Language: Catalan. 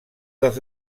dels